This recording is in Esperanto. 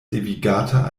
devigata